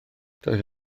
doedd